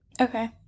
Okay